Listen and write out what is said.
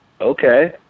Okay